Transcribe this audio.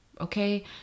okay